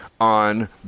on